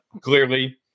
clearly